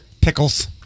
Pickles